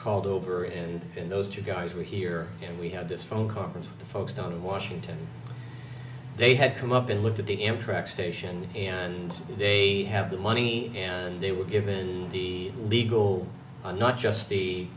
called over and and those two guys were here and we had this phone call from the folks down in washington they had come up and looked at the in track station and they have the money and they were given the legal and not just the